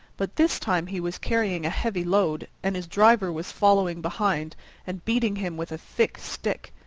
but this time he was carrying a heavy load, and his driver was following behind and beating him with a thick stick.